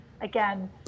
again